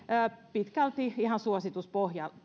pitkälti ihan suosituspohjalta